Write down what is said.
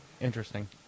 Interesting